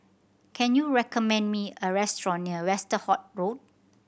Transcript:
can you recommend me a restaurant near Westerhout Road